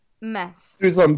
mess